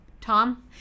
tom